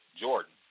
Jordan